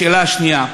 השאלה השנייה,